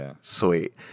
sweet